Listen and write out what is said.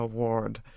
Award